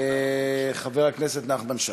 חבר הכנסת נחמן שי.